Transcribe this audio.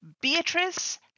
Beatrice